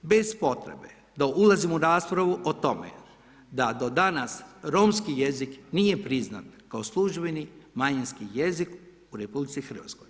Bez potrebe da ulazim u raspravu o tome da do danas romski jezik nije priznat kao službeni manjinski jezik u RH.